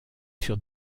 sur